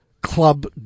club